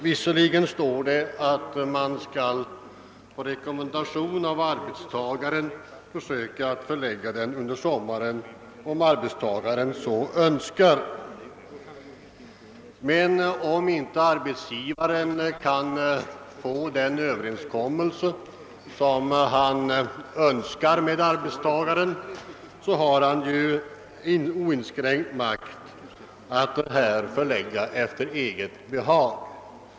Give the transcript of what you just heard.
Visserligen innehåller 10 8 en rekommendation, enligt vilken semestern, om ar betstagaren så önskar, såvitt möjligt bör förläggas till sommaren. Arbetsgivaren har emellertid oinskränkt makt att förlägga semestern efter eget behag.